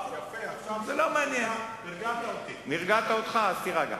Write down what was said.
הרגעת אותי.